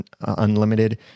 unlimited